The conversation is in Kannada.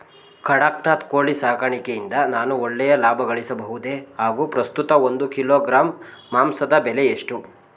ಕಡಕ್ನಾತ್ ಕೋಳಿ ಸಾಕಾಣಿಕೆಯಿಂದ ನಾನು ಒಳ್ಳೆಯ ಲಾಭಗಳಿಸಬಹುದೇ ಹಾಗು ಪ್ರಸ್ತುತ ಒಂದು ಕಿಲೋಗ್ರಾಂ ಮಾಂಸದ ಬೆಲೆ ಎಷ್ಟು?